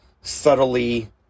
subtly